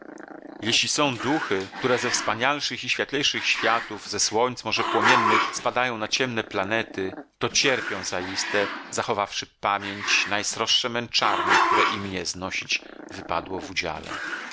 jeśli są duchy które ze wspanialszych i światlejszych światów ze słońc może płomiennych spadają na ciemne planety to cierpią zaiste zachowawszy pamięć najsroższe męczarnie które i mnie znosić wypadło w udziale